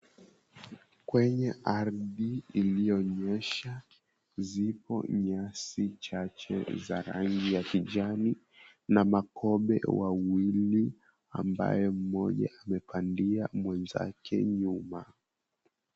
Kwenye ardhi iliyoonyesha zipo nyasi chache za rangi ya kijani na makobe wawili ambaye mmoja amepandia mwenzake nyuma.